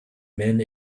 men